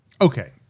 Okay